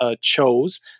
chose